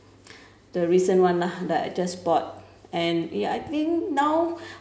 the recent one lah that I just bought and eh I think now